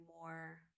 more